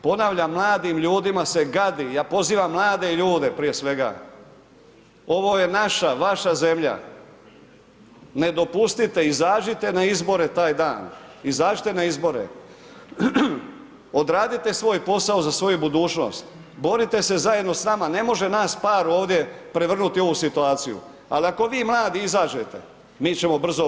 Ponavljam, mladim ljudima se gadi, ja pozivam mlade ljude prije svega, ovo je naša, vaša zemlja, ne dopustite, izađite na izbore taj dan, izađite na izbore, odradite svoj posao za svoju budućnost, borite se zajedno s nama, ne može nas par ovdje prevrnuti ovu situaciju, ali ako vi mladi izađete, mi ćemo brzo obaviti posao.